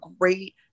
great